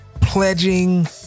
pledging